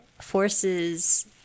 forces